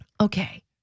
Okay